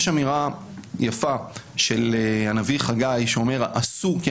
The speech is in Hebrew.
יש אמירה יפה של הנביא חגי שאומר: עשו כי